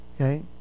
Okay